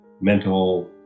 mental